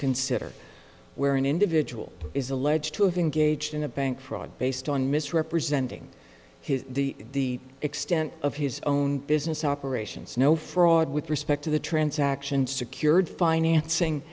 consider where an individual is alleged to have engaged in a bank fraud based on misrepresenting his the extent of his own business operations no fraud with respect to the transaction secured financing